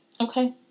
okay